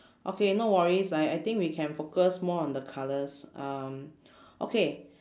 okay no worries I I think we can focus more on the colours um okay